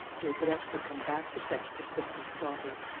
daubrecq had come back to fetch the crystal stopper!